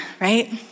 right